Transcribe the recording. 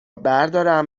بردارم